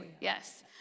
Yes